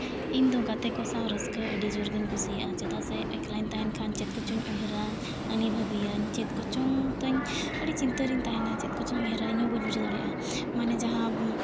ᱤᱧᱫᱚ ᱜᱟᱛᱮ ᱠᱚ ᱥᱟᱶ ᱨᱟᱹᱥᱠᱟᱹ ᱟᱹᱰᱤ ᱡᱳᱨ ᱜᱤᱧ ᱠᱩᱥᱤᱭᱟᱜᱼᱟ ᱪᱮᱫᱟᱜ ᱥᱮ ᱮᱠᱞᱟᱧ ᱛᱟᱦᱮᱱ ᱠᱷᱟᱱ ᱪᱮᱫ ᱠᱚᱪᱚᱧ ᱩᱭᱦᱟᱹᱨᱟ ᱟᱹᱱᱤ ᱵᱷᱟᱹᱵᱤᱭᱟᱹᱧ ᱪᱮᱫ ᱠᱚᱪᱚᱝ ᱛᱤᱧ ᱟᱹᱰᱤ ᱪᱤᱱᱛᱟᱹ ᱨᱤᱧ ᱛᱟᱦᱮᱱᱟ ᱪᱮᱫ ᱠᱚᱪᱚᱧ ᱩᱭᱦᱟᱹᱨᱟ ᱤᱧᱦᱚᱸ ᱵᱟᱹᱧ ᱵᱩᱡᱷᱟᱹᱣ ᱫᱟᱲᱮᱭᱟᱜᱼᱟ ᱢᱟᱱᱮ ᱡᱟᱦᱟᱸ